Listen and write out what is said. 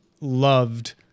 loved